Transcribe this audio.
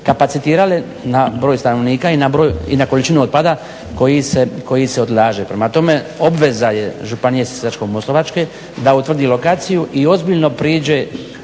kapacitirale na broj stanovnika i na količinu otpada koji se odlaže. Prema tome, obveza je županije Sisačko-moslavačke da utvrdi lokaciju i ozbiljno priđe